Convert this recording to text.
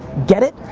get it?